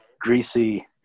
greasy